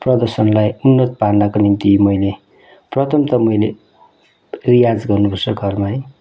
प्रदर्शनलाई उन्नत पार्नको निम्ति मैले प्रथम त मैले रियाज गर्नुपर्छ घरमै